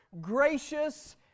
gracious